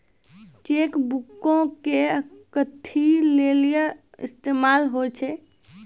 Cheque बुको के कथि लेली इस्तेमाल होय छै?